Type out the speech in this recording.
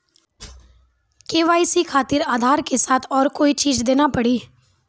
KYC खातिर आधार के साथ औरों कोई चीज देना पड़ी?